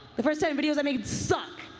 the first ten videos i made sucked.